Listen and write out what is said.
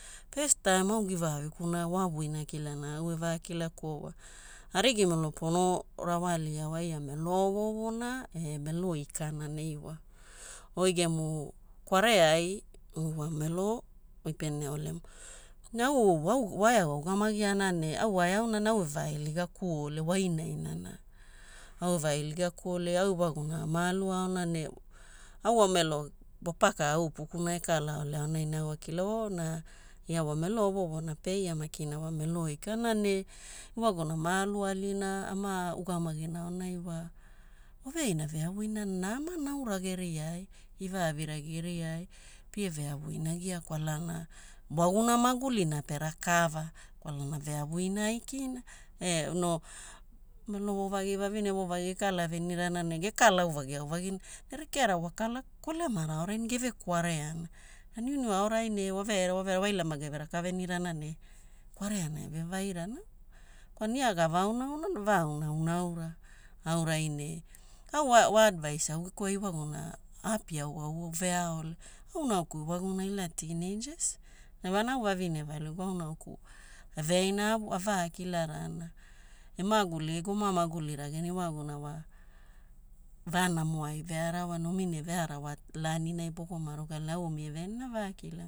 First time au givaavikuna waavuina kilana au eva kilakuo wa, arigi melo pono rawalia waia melo ovovona e melo ikana neiwao. Oi gemu kwareai, oi wamelo oi pene olemu. Ne au waeau augamagiana ne au waeauna au evailigakuole wainainana. Au evailigakuole au iwaguna ama aluaona ne au wamelo popaka au upukuna ekalaaole ne aonai au akilao o na ia wa melo ovovona pe eia wa makina wa melo ikana ne iwaguna ama alualina ama augamagina aonai wa waveaina veavuinana nama naura geriai, givaavira geriai pie peavuina agia kwalana waguna magulina perakava, kwalana veavuina aikina e no melo voovagi vavine voovagi gekala venirana ne gekala auvagi auvagina. Ne rekeara wakala kolemara aorai ne geve kwareana. Na niuniu aorai ne waveaira waveaira waila mageve raka venirana ne kwareana eve vairana. Kwalana ia gava aunaaunana, vaaunaauna aura aurai ne au wa advise au geku ai iwaguna aapi auau veaaole au nauku iwaguna ila teenagers. Lewana au vavine valigu au nauku eveaina aavu avakilarana, emaguli goma maguli ragena iwaguna wa vanamo ai vearawa ne omi ne vearawa laininai pogoma rugaali ne au eveaina omi ana vakilami